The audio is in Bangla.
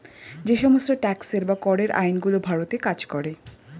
যে সমস্ত ট্যাক্সের বা করের আইন গুলো ভারতে কাজ করে